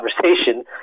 conversation